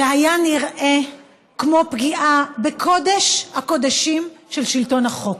זה היה נראה כמו פגיעה בקודש הקודשים של שלטון החוק.